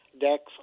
deck's